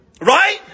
Right